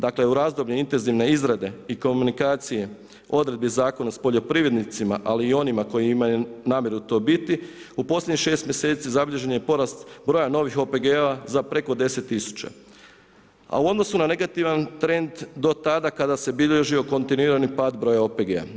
Dakle, u razdoblje intenzivne izrade i komunikacije odredbi zakona s poljoprivrednicima ali i onima koji imaju namjeru to biti, u posljednjih 6 mjeseci zabilježen je porast broja novih OPG-ova za preko 10 000 a u odnosu na negativan trend do tada kada se bilježio kontinuirani pad broja OPG-a.